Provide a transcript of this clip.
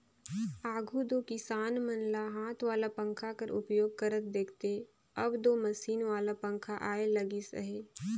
आघु दो किसान मन ल हाथ वाला पंखा कर उपयोग करत देखथे, अब दो मसीन वाला पखा आए लगिस अहे